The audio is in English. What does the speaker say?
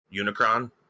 Unicron